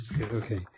okay